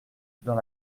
dans